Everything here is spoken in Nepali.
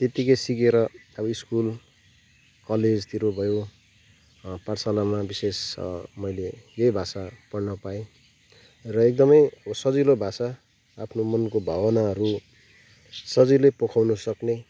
त्यतिकै सिकेर अब स्कुल कलेजतिर भयो पाठशालामा विशेष मैले यही भाषा पढन पाएँ र एकदमै सजिलो भाषा आफ्नो मनको भावनाहरू सजिलै पोखाउन सक्ने